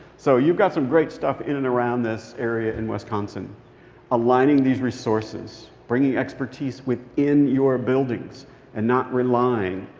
so you've got some great stuff in and around this area in wisconsin aligning these resources bringing expertise within your buildings and not relying.